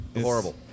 Horrible